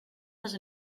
les